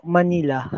Manila